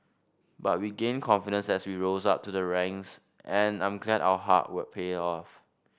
but we gained confidence as we rose up to the ranks and I'm glad our hard work paid off